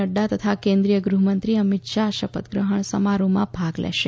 નક્રા તથા કેન્દ્રીય ગૃહમંત્રી અમિત શાહ શપથગ્રહણ સમારોહમાં ભાગ લેશે